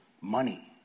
Money